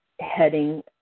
heading